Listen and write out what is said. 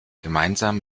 gemeinsam